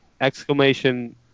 Exclamation